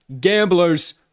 gamblers